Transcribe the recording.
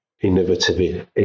innovative